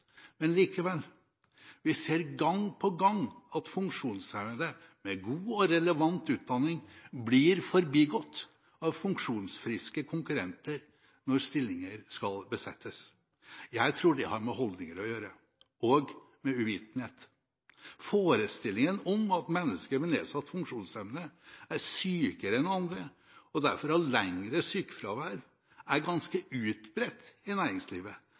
men vi ser likevel gang på gang at funksjonshemmede med god og relevant utdanning blir forbigått av funksjonsfriske konkurrenter når stillinger skal besettes. Jeg tror dette har med holdninger å gjøre, og med uvitenhet. Forestillingen om at mennesker med nedsatt funksjonsevne er sykere enn andre og derfor har lengre sykefravær er ganske utbredt i næringslivet,